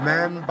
Man